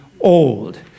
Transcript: old